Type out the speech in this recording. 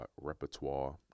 repertoire